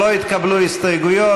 לא התקבלו הסתייגויות.